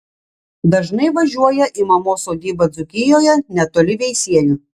dažnai važiuoja į mamos sodybą dzūkijoje netoli veisiejų